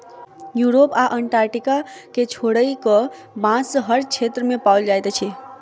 Europe आ Antarctica के छोइड़ कअ, बांस हर क्षेत्र में पाओल जाइत अछि